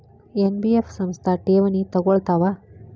NBF ಸಂಸ್ಥಾ ಠೇವಣಿ ತಗೋಳ್ತಾವಾ?